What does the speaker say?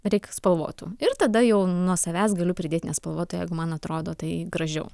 reik spalvotų ir tada jau nuo savęs galiu pridėt nespalvotų jeigu man atrodo tai gražiau